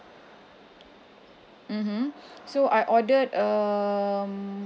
mmhmm so I ordered um